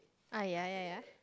uh ya ya ya